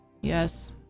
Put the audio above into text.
yes